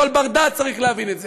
כל בר-דעת צריך להבין את זה.